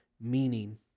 meaning